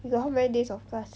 you got how many days of class